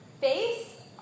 face